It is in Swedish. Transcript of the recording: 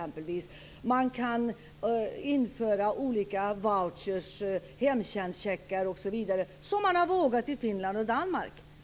Man kan införa olika voucher, hemtjänstcheckar osv., som man har vågat göra i Finland och Danmark.